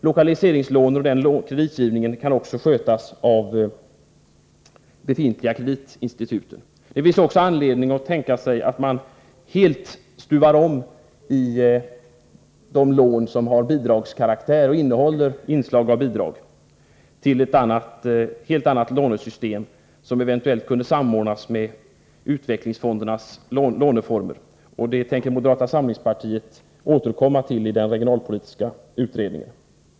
Lokaliseringslån ur den kreditgivningen kan också skötas av befintliga kreditinstitut. Det finns också anledning att tänka sig att man helt stuvar om de lån som har bidragskaraktär och innehåller inslag av bidrag för att få ett helt annat lånesystem, som eventuellt kunde samordnas med utvecklingsfondernas låneformer. Detta tänker moderata samlingspartiet återkomma till i den regionalpolitiska utredningen.